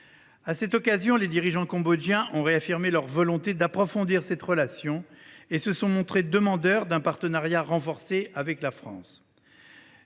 À cette occasion, les dirigeants cambodgiens ont réaffirmé leur volonté d’approfondir cette relation et se sont montrés demandeurs d’un partenariat renforcé avec la France.